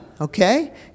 okay